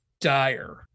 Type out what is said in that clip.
dire